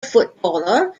footballer